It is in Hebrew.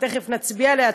שתכף נצביע עליה,